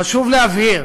חשוב להבהיר